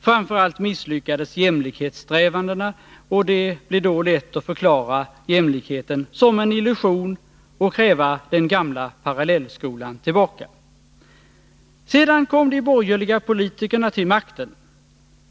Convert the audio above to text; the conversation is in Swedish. Framför allt misslyckades jämlikhetssträvandena och det blev då lätt att förklara jämlikheten som en illusion och kräva den gamla parallellskolan tillbaka. Sedan kom de borgerliga politikerna till makten.